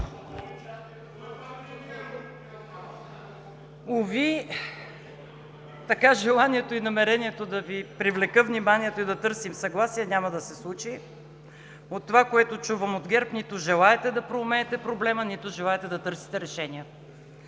Уви! Така желанието и намерението да Ви привлека вниманието и да търсим съгласие няма да се случи. От това, което чувам от ГЕРБ, нито желаете да проумеете проблема, нито желаете да търсите решения.